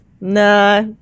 Nah